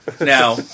Now